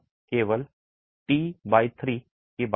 हम केवल t 3 की बात कर रहे थे